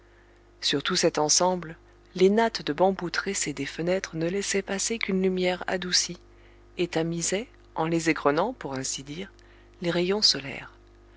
tout cet ensemble les nattes de bambous tressés des fenêtres ne laissaient passer qu'une lumière adoucie et tamisaient en les égrenant pour ainsi dire les rayons solaires